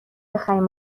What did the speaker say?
بخریم